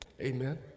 Amen